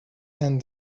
and